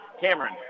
Cameron